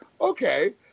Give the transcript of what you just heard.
okay